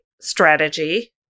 strategy